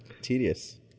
tedious